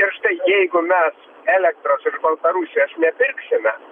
ir štai jeigu mes elektros iš baltarusijos nepirksime